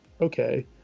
okay